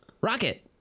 Rocket